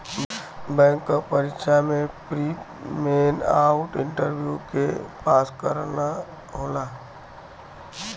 bank क परीक्षा में प्री, मेन आउर इंटरव्यू के पास करना होला